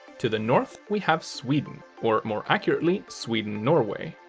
to the north, we have sweden, or more accurately, sweden-norway.